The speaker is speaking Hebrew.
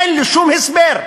אין לי שום הסבר.